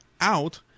out